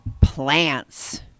plants